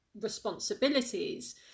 responsibilities